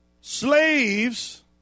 slaves